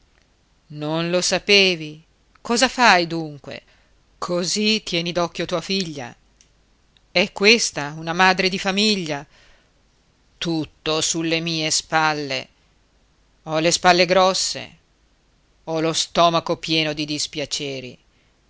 non lo sapevi cosa fai dunque così tieni d'occhio tua figlia è questa una madre di famiglia tutto sulle mie spalle ho le spalle grosse ho lo stomaco pieno di dispiaceri